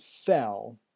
fell